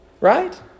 Right